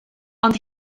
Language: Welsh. ond